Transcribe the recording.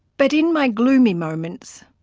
but in my gloomy moments,